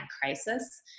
Crisis